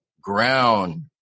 ground